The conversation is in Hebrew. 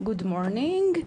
good morning,